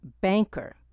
banker